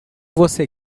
você